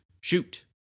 Shoot